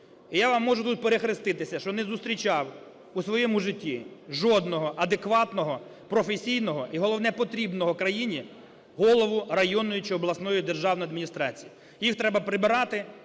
І я можу вам тут перехреститися, що не зустрічав у своєму житті жодного адекватного, професійного і, головне, потрібного країні голову районної чи обласної державної адміністрації. Їх треба прибирати